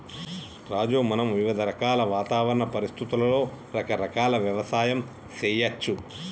రాజు మనం వివిధ రకాల వాతావరణ పరిస్థితులలో రకరకాల యవసాయం సేయచ్చు